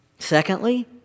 Secondly